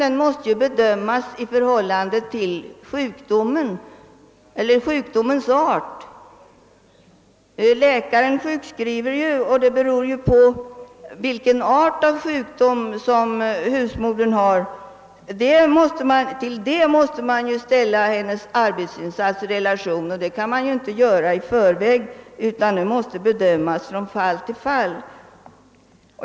Man måste ställa arbetsinsatsen i relation till sjukdomens art, och den bedömningen kan man inte göra i förväg, utan den måste göras från fall till fall.